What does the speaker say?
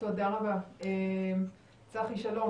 תודה רבה, נעבור